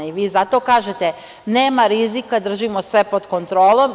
Vi zato kažete – nema rizika, držimo sve pod kontrolom.